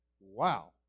wow